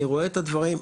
אני רואה את הדברים,